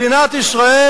מדינת ישראל,